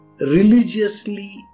religiously